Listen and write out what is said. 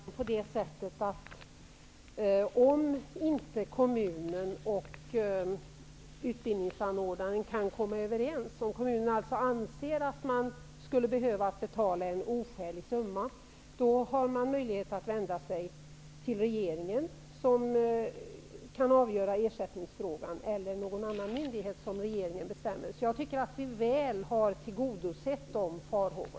Fru talman! Det är faktiskt redan säkerställt. Om kommunen och utbildningsanordnaren inte kan komma överens, om kommunen anser att man får betala en oskälig summa, har man möjlighet att vända sig till regeringen. Regeringen kan då avgöra ersättningsfrågan eller överlämna den till någon annan myndighet som regeringen bestämmer. Jag tycker att vi har beaktat dessa farhågor.